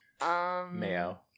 Mayo